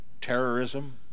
terrorism